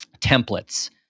templates